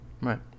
Right